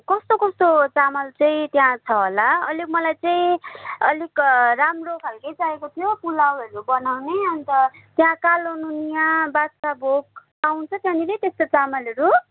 कस्तो कस्तो चामल चाहिँ त्यहाँ छ होला अलिक मलाई चाहिँ अलिक राम्रो खाल्के चाहिएको थियो पुलाउहरू बनाउने अन्त त्यहाँ कालो नुनिया बादशा भोग पाउँछ त्यहाँनेरि त्यस्तो चामलहरू